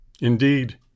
Indeed